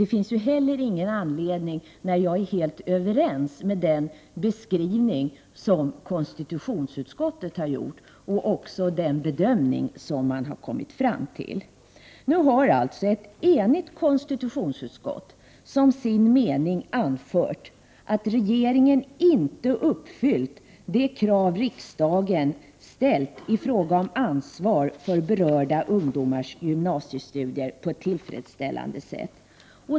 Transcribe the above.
Det finns inte heller någon anledning när jag är helt överens med den beskrivning som konstitutionsutskottet har gjort och också den bedömning som man har kommit fram till. Nu har ett enigt konstitutionsutskott som sin mening anfört att regeringen inte uppfyllt det krav riksdagen ställt i fråga om ansvar för berörda ungdomars gymnasiestudier på ett tillfredsställande sätt.